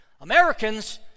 Americans